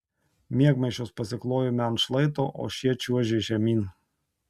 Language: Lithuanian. miegmaišius pasiklojome ant šlaito o šie čiuožė žemyn